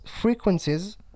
frequencies